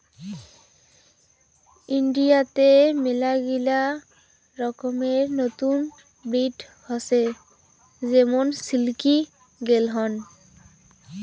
ইন্ডিয়াতে মেলাগিলা রকমের নতুন ব্রিড হসে যেমন সিল্কি, লেগহর্ন